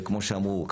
וכמו שאמרו,